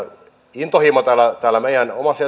intohimo täällä täällä meidän omassa